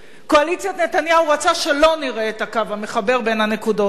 קואליציית נתניהו רוצה שלא נראה את הקו המחבר בין הנקודות האלה.